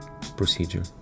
procedure